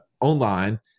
online